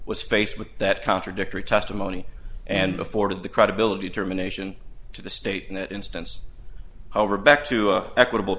was faced with that contradictory testimony and afforded the credibility termination to the state in that instance however back to an equitable